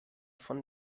von